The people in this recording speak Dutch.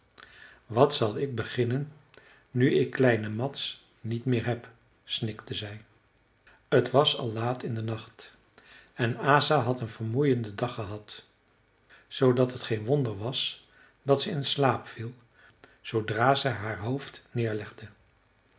wat zal ik beginnen nu ik kleinen mads niet meer heb snikte zij t was al laat in den nacht en asa had een vermoeienden dag gehad zoodat het geen wonder was dat ze in slaap viel zoodra ze haar hoofd neerlegde